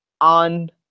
on